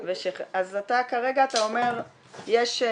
אז כרגע אתה אומר שיש,